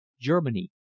Germany